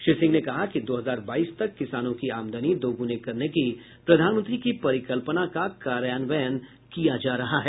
श्री सिंह ने कहा कि दो हजार बाईस तक किसानों की आमदनी दोगुनी करने की प्रधानमंत्री की परिकल्पना का कार्यान्वयन किया जा रहा है